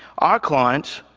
our clients,